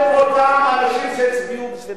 נותנים חסות לממשלה